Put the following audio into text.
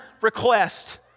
request